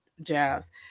jazz